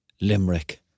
Limerick